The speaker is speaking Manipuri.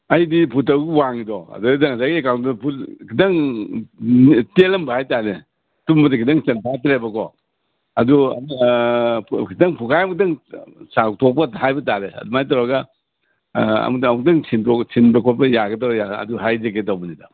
ꯑꯩꯗꯤ ꯐꯨꯠ ꯇꯔꯨꯛ ꯋꯥꯡꯉꯤꯗꯣ ꯑꯗꯩꯗ ꯉꯁꯥꯏꯒꯤ ꯀꯥꯡꯗꯣꯟꯗꯨ ꯐꯨꯠ ꯈꯤꯇꯪ ꯇꯦꯜꯂꯝꯕ ꯍꯥꯏ ꯇꯥꯔꯦ ꯇꯨꯝꯕꯗ ꯈꯤꯇꯪ ꯆꯟꯐꯥꯠꯇ꯭ꯔꯦꯕꯀꯣ ꯑꯗꯨ ꯈꯤꯇꯪ ꯐꯨꯠꯈꯥꯏꯃꯨꯛꯇꯪ ꯆꯥꯎꯊꯣꯛꯄ ꯍꯥꯏꯕ ꯇꯥꯔꯦ ꯑꯗꯨꯃꯥꯏꯅ ꯇꯧꯔꯒ ꯑꯃꯨꯛꯇꯪ ꯁꯤꯟꯕ ꯈꯣꯠꯄ ꯌꯥꯒꯗ꯭ꯔꯥ ꯑꯗꯨ ꯍꯥꯏꯖꯒꯦ ꯇꯧꯕꯅꯤꯗ